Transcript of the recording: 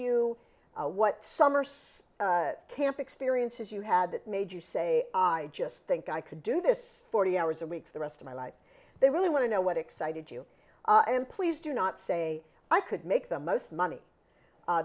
somerset camp experiences you had that made you say i just think i could do this forty hours a week for the rest of my life they really want to know what excited you and please do not say i could make the most money